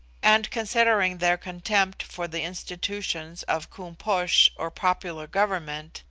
and considering their contempt for the institutions of koom-posh or popular government,